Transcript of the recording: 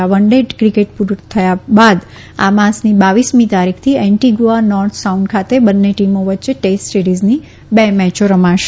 આ one day cricket પુર્ણ થયા બાદ આ માસની બાવીસમી તારીખથી એન્ટીગુઆ નોર્થ સાઉન્ડ ખાતે બંને ટીમો વચ્ચે ટેસ્ટ સીરીઝની બે મેચો રમાશે